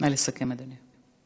נא לסכם, אדוני.